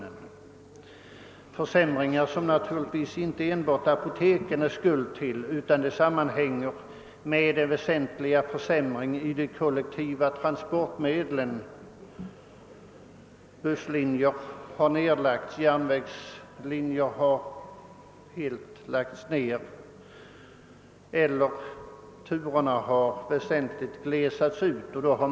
Denna försämring är naturligtvis inte enbart apotekens skuld, utan den sammanhänger med den försämring som inträffat beträffande de kollektiva transportmedlen; järn vägslinjer har lagts ned och busslinjernas turer har antingen helt dragits in eller minskats i fråga om täthet.